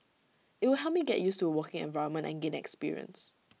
IT will help me get used to A working environment and gain experience